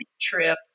trip